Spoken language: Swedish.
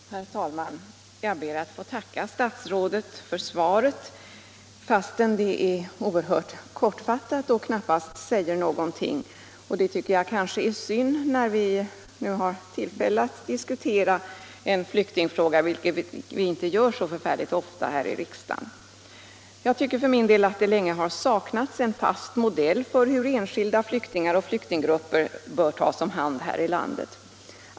Herr talman! Jag ber att få tacka statsrådet för svaret, fastän det var oerhört kortfattat och knappast sade någonting — och det kanske är synd när vi nu har tillfälle att diskutera en flyktingfråga, vilket vi inte gör så särskilt ofta här i riksdagen. Jag tycker för min del att det länge har saknats en fast modell för hur enskilda flyktingar och flyktinggrupper skall tas om hand här i landet.